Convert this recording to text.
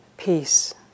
Peace